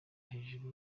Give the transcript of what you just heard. hejuru